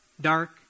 dark